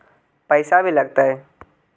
पैसा भी लगतय?